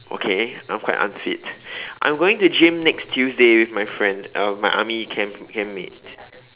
okay I'm quite unfit I'm going to gym next Tuesday with my friend uh my army camp camp mate